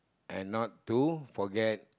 and not to forget